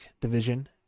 Division